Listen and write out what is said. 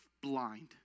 blind